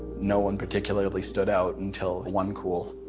no one particularly stood out until onecool.